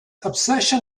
obsession